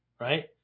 right